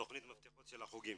התכנית של החוגים.